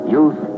Youth